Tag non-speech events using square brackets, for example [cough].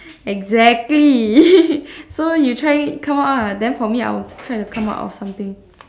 exactly [laughs] so you try come up ah then for me I'll try to come up of something